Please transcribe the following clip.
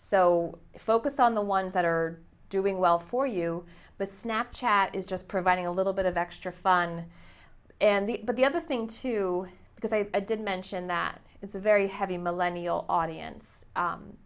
so focus on the ones that are doing well for you but snap chat is just providing a little bit of extra fun and the but the other thing too because i did mention that it's a very heavy millennial audience